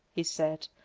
he said,